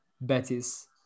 Betis